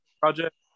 project